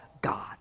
God